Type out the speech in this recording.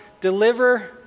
deliver